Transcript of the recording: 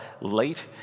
late